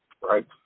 Right